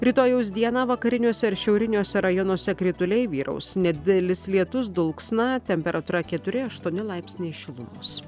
rytojaus dieną vakariniuose ir šiauriniuose rajonuose krituliai vyraus nedidelis lietus dulksna temperatūra keturi aštuoni laipsniai šilumos